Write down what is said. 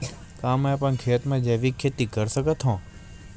का मैं अपन खेत म जैविक खेती कर सकत हंव?